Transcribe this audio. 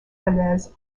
falaises